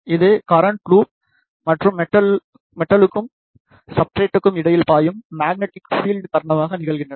இது current loop மற்றும் மெட்டல்க்கும் ஸப்ஸ்ட்ரேட்க்கும் இடையில் பாயும் மேக்னெட்டிக் ஃபில்ட் காரணமாக நிகழ்கின்றன